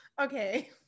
Okay